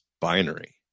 binary